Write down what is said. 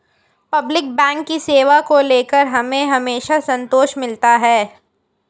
public bank की सेवा को लेकर हमें हमेशा संतोष मिलता है